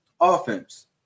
offense